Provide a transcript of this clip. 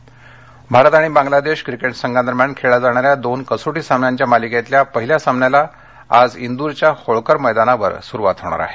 cricket Bharat आणि Bangladesh cricket संघांदरम्यान खेळल्या जाणाऱ्या दोन कसोटी सामन्यांच्या मालिकेतल्या पहिल्या सामन्याला आज विरच्या होळकर मैदानावर सुरूवात होणार आहे